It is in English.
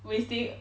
wasting